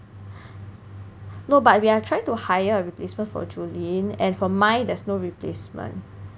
no but we are trying to hire a replacement for Jolyne and for Mai there's no replacement